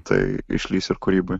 tai išlįs ir kūryboj